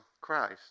Christ